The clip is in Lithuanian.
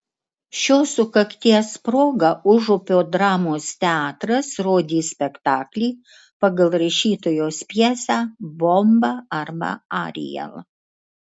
šios sukakties proga užupio dramos teatras rodys spektaklį pagal rašytojos pjesę bomba arba ariel